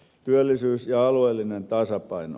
työllisyys ja alueellinen tasapaino